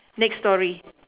next story